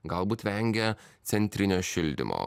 galbūt vengia centrinio šildymo